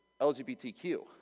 LGBTQ